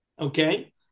Okay